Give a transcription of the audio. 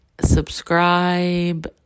subscribe